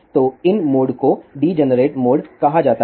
तो इन मोड को डीजनरेट मोड कहा जाता है